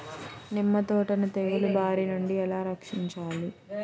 నిమ్మ తోటను తెగులు బారి నుండి ఎలా రక్షించాలి?